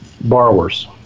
borrowers